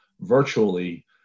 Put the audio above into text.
virtually